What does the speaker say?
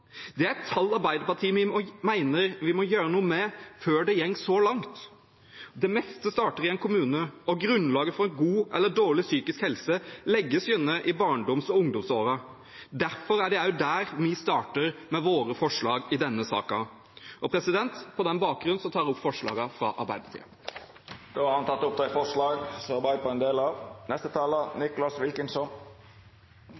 Det er et tall Arbeiderpartiet mener vi må gjøre noe med før det går så langt. Det meste starter i en kommune, og grunnlaget for god eller dårlig psykisk helse legges gjerne i barndoms- og ungdomsårene. Derfor er det også der vi starter med våre forslag i denne saken. På den bakgrunn tar jeg opp forslagene nr. 1 og 2, fra Arbeiderpartiet, Senterpartiet og SV, og forslag